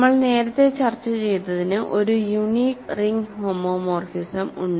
നമ്മൾ നേരത്തെ ചർച്ച ചെയ്തതിന് ഒരു യൂണീക് റിംഗ് ഹോമോമോർഫിസം ഉണ്ട്